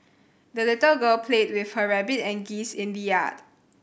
the little girl played with her rabbit and geese in the yard